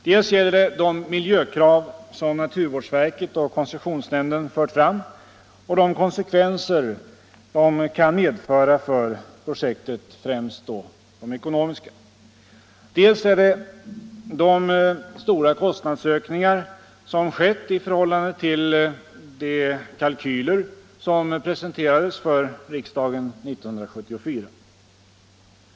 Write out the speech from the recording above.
Dels gäller det de miljökrav som naturvårdsverket och koncessionsnämnden fört fram och de konsekvenser de kan medföra för projektet — främst då de ekonomiska —-, dels är det de stora kostnadsökningar som skett i förhållande till de kalkyler som presenterades för riksdagen 1974.